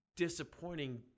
disappointing